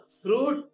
fruit